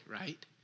right